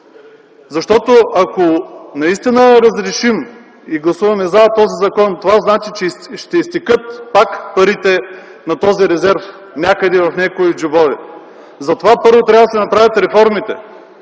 Защото ако наистина разрешим и гласуваме „за” този закон, това значи, че ще изтекат пак парите на този резерв някъде, в някои джобове. Затова първо трябва да се направят реформите,